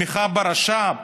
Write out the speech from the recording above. תמיכה ברש"פ?